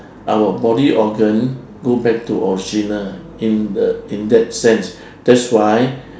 our body organ go back to original in the in that sense that's why